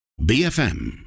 BFM